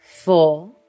four